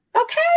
okay